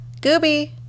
Gooby